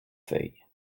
feuilles